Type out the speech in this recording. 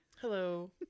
Hello